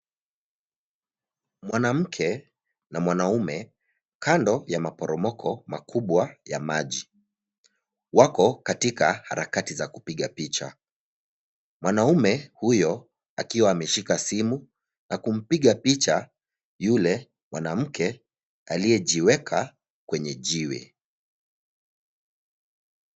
Mwanamke na mwaume kando ya maporomoko makubwa ya maji wako katika harakati za kupiga picha, mwanaume huyo akiwa ameshika simu na kumpiga picha yule mwanamke aliyejiweka kwenye jiwe.